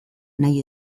nahi